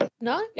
no